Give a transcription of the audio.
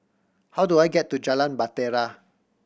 how do I get to Jalan Bahtera